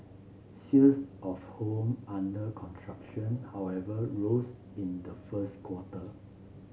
sales of home under construction however rose in the first quarter